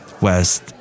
West